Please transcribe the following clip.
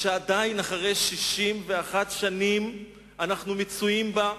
שאחרי 61 שנים עדיין אנחנו מצויים בהם,